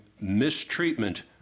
mistreatment